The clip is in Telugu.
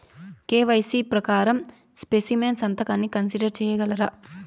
కె.వై.సి ప్రకారం స్పెసిమెన్ సంతకాన్ని కన్సిడర్ సేయగలరా?